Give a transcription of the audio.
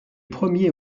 premiers